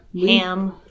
Ham